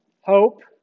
hope